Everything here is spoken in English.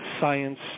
science